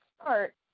start